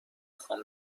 خوام